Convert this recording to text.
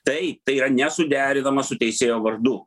taip tai yra nesuderinama su teisėjo vardu